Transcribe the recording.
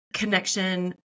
Connection